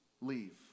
leave